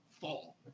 fall